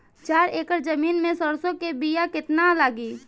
चार एकड़ जमीन में सरसों के बीया कितना लागी?